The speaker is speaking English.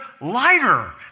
lighter